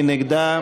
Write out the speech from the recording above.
מי נגדה?